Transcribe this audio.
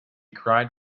cried